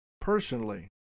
personally